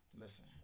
listen